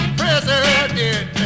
president